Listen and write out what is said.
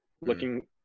looking